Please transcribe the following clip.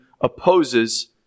opposes